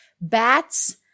bats